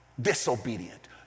disobedient